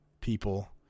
people